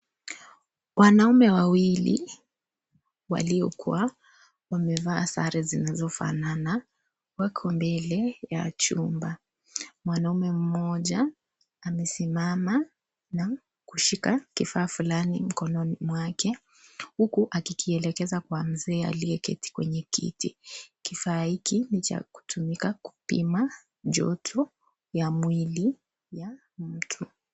Wanaume wawili, waliokuwa wamevaa sare zinazofanana. Wako mbele ya chumba. Mwanaume mmoja amesimama na kushika kifaa fulani mkononi mwake. Huku akikielekeza kwa mzee aliyeketi kwenye kiti. Kifaa hiki cha kutumika kupima joto ya mwili ya mtu.